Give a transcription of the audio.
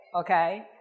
Okay